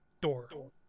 door